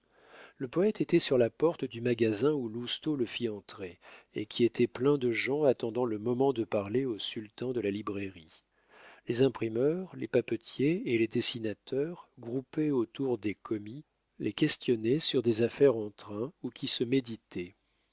le poète était sur la porte du magasin où lousteau le fit entrer et qui était plein de gens attendant le moment de parler au sultan de la librairie les imprimeurs les papetiers et les dessinateurs groupés autour des commis les questionnaient sur des affaires en train ou qui se méditaient